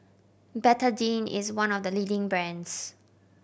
Betadine is one of the leading brands